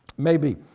maybe.